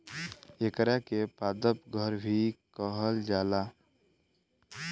एकरा के पादप घर भी कहल जाला